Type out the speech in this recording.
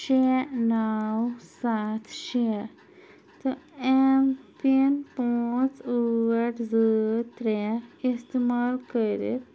شےٚ نو سَتھ شےٚ تہٕ اٮ۪م پِن پانٛژھ ٲٹھ زٕ ترٛےٚ اِستعمال کٔرِتھ